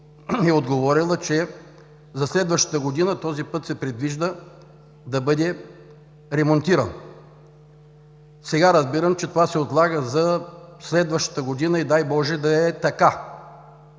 е отговорила, че: „за следващата година този път се предвижда да бъде ремонтиран“. Сега разбирам, че това се отлага за следващата година и дай, Боже, да е така.